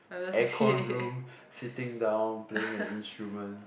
aircon room sitting down playing an instrument